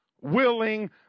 willing